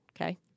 okay